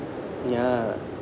ya